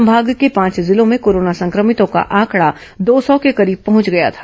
संभाग के पांच जिलों में कोरोना संक्रमितों का आंकड़ा दो सौ के करीब पहंच गया था